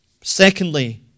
Secondly